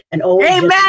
Amen